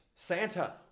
Santa